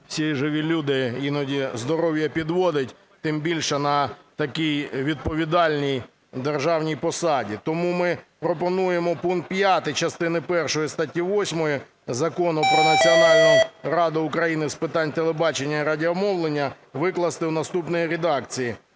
всі живі люди, іноді здоров'я підводить, тим більше на такій відповідальній державній посаді. Тому ми пропонуємо пункт 5 частини першої статті 8 Закону "Про Національну раду України з питань телебачення і радіомовлення" викласти в наступній редакції: